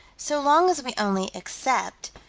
so long as we only accept,